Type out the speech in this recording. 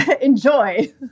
Enjoy